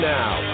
now